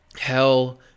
hell